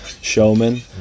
showman